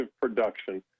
production